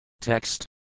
Text